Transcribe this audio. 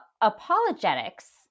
apologetics